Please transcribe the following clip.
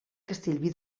castellví